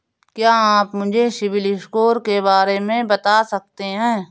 क्या आप मुझे सिबिल स्कोर के बारे में बता सकते हैं?